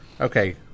Okay